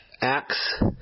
Acts